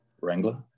wrangler